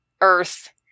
Earth